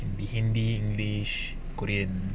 the hindi english korean